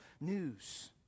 news